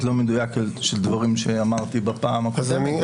לא מדויק של דברים שאמרתי בפעם הקודמת.